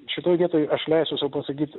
šitoj vietoj aš leisiu sau pasakyt